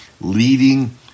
leading